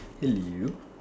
hello